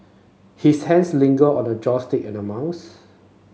his hands lingered on the joystick and a mouse